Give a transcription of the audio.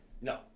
No